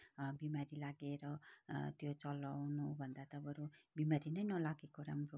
बिमारी लागेर त्यो चलाउनु भन्दा त बरू बिमारी नै नलागेको राम्रो